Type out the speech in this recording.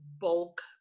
bulk